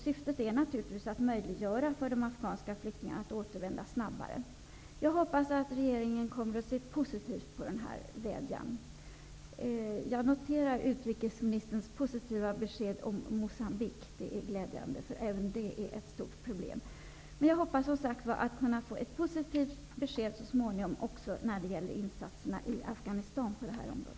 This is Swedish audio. Syftet är naturligtvis att möjliggöra för de afghanska flyktingarna att återvända snabbare. Jag hoppas att regeringen kommer att se positivt på denna vädjan. Jag noterar utrikesministerns positiva besked om Moçambique. Det är glädjande, för även där är problemen stora. Jag hoppas som sagt att så småningom få ett positivt besked även om insatserna i Afghanistan på det här området.